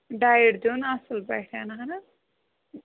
diet دیُن اَصٕل پٲٹھۍ اَہن حظ